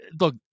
look